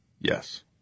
Yes